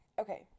Okay